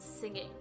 singing